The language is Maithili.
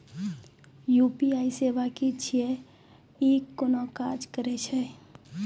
यु.पी.आई सेवा की छियै? ई कूना काज करै छै?